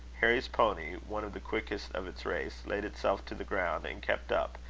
harry's pony, one of the quickest of its race, laid itself to the ground, and kept up,